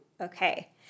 Okay